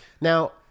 Now